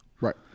Right